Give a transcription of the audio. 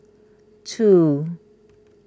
two